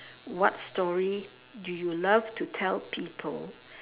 what story do you love to tell people